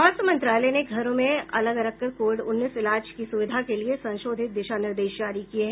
स्वास्थ्य मंत्रालय ने घरों में अलग रखकर कोविड उन्नीस इलाज सुविधा के लिए संशोधित दिशा निर्देश जारी किये हैं